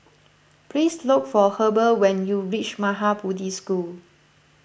please look for Heber when you reach Maha Bodhi School